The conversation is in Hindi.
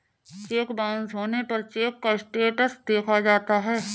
चेक बाउंस होने पर चेक का स्टेटस देखा जाता है